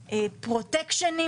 פרוטקשן,